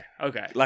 okay